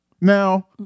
Now